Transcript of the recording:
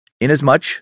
inasmuch